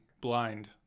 blind